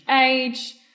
age